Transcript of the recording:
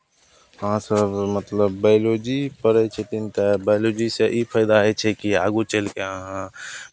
अहाँसभ मतलब बाइलॉजी पढ़ै छथिन तऽ बाइलोजीसँ ई फायदा होइ छै की आगू चलि कऽ अहाँ